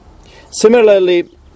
similarly